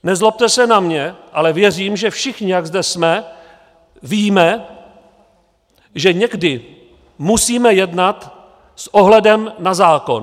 Nezlobte se na mě, ale věřím, že všichni, jak zde jsme, víme, že někdy musíme jednat s ohledem na zákon.